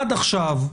עד עכשיו,